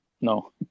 No